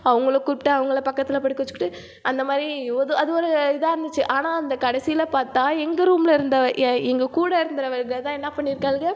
அவங்களை கூப்பிட்டு அவங்களை பக்கத்தில் படுக்க வச்சுக்கிட்டு அந்த மாதிரி ஒரு அது ஒரு இதாக இருந்துச்சு ஆனால் அந்தக் கடைசியில் பார்த்தா எங்கள் ரூமில் இருந்தவள் எங்கள் கூட இருந்தவளுக தான் என்னப் பண்ணியிருக்காளுக